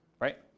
right